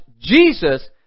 Jesus